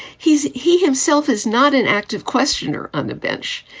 he's he himself is not an active questioner on the bench.